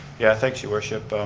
yeah thanks your worship.